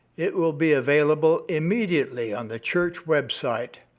it will be available immediately on the church website,